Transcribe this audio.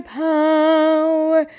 power